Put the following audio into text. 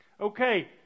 okay